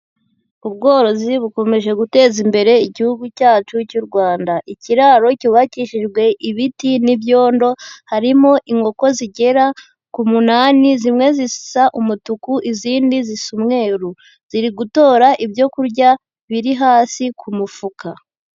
Ubworozi bukomeje guteza imbere igihugu cyacu cy'u Rwanda, ikiraro cyubakishijwe ibiti n'ibyondo, harimo inkoko zigera ku munani zimwe zisa umutuku izindi zisa umweru ziri gutora ibyo kurya biri hasi ku mufuka.